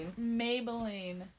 Maybelline